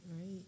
right